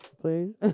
Please